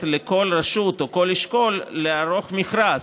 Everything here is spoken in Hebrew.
לכל רשות או כל אשכול לערוך מכרז,